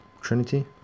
Trinity